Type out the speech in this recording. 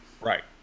Right